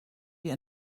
wir